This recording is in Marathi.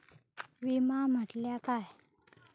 विमा म्हटल्या काय?